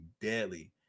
deadly